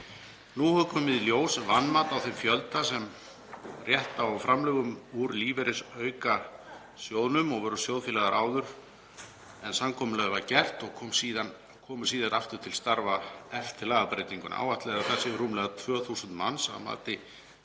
Nú hefur komið í ljós vanmat á þeim fjölda sem á rétt á framlögum úr lífeyrisaukasjóðnum og voru sjóðfélagar áður en samkomulagið var gert og koma síðan aftur til starfa eftir lagabreytinguna. Áætlað er að það séu rúmlega 2.000 manns. Að mati